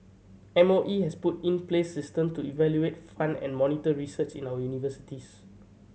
M O E has put in place system to evaluate fund and monitor research in our universities